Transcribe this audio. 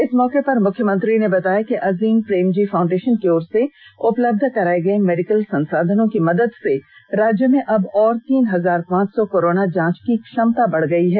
इस मौके पर मुख्यमंत्री ने बताया कि अजीम प्रेम जी फाउंडेषन की ओर से उपलब्ध कराये गये मेडिकल संसाधनों की मदद से राज्य में अब और तीन हजार पांच सौ कोरोना जांच की क्षमता बढ़ गयी है